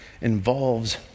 involves